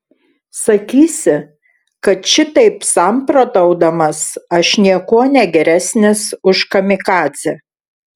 sakysi kad šitaip samprotaudamas aš niekuo negeresnis už kamikadzę